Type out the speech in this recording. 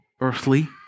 earthly